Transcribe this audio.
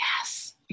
Yes